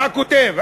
מה הוא כותב?